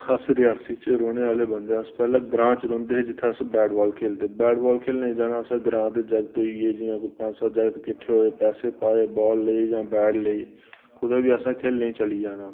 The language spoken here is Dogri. अस रियासी च रौह्ने आह्ले बंदे आं अस पैह्ले ग्रांऽ च रौंह्दे हे जित्थै अस बैट बाल खेढदे बैट बाल खेढने लेई जाना असें ग्रांऽ दे जागत होई गे जि'यां कोई पं'ञ सत्त जागत किट्ठे होए पैसे पाए बाल लेई जां बैट लेई कुदै बी असें खेढने लेई चली जाना